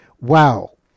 wow